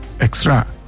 extra